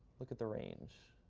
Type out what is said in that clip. look at the range.